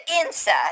inside